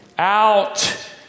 out